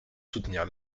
soutenir